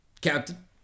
Captain